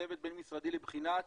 צוות בין משרדי לבחינת